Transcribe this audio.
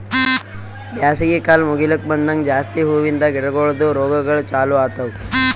ಬ್ಯಾಸಗಿ ಕಾಲ್ ಮುಗಿಲುಕ್ ಬಂದಂಗ್ ಜಾಸ್ತಿ ಹೂವಿಂದ ಗಿಡಗೊಳ್ದು ರೋಗಗೊಳ್ ಚಾಲೂ ಆತವ್